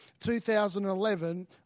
2011